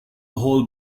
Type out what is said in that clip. whole